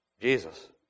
Jesus